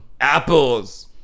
apples